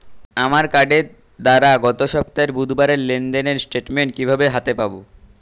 আমার কার্ডের দ্বারা গত সপ্তাহের বুধবারের লেনদেনের স্টেটমেন্ট কীভাবে হাতে পাব?